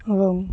ଏବଂ